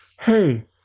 hey